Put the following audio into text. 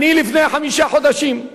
לפני חמישה חודשים,